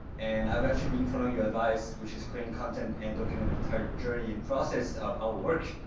and i've actually been following your advice, which is creating content and documenting entire journey and process of our work.